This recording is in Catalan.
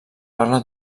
parla